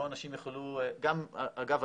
אגב,